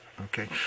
Okay